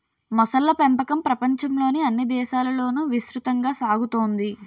మొసళ్ళ పెంపకం ప్రపంచంలోని అన్ని దేశాలలోనూ విస్తృతంగా సాగుతోంది